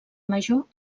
major